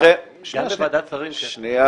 לא, גם בוועדת שרים --- שנייה,